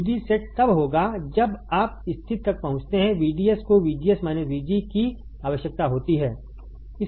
VD set तब होगा जब आप स्थिति तक पहुँचते हैं VDS को VGS VG की आवश्यकता होती है